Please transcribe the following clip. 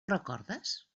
recordes